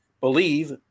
Believe